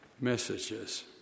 messages